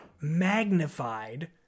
magnified